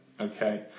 okay